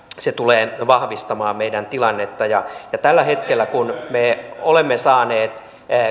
se tulee vahvistamaan meidän tilannettamme tällä hetkellä kun me olemme saaneet